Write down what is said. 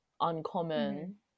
uncommon